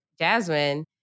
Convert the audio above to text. Jasmine